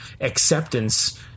acceptance